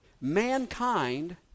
mankind